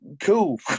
cool